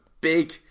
big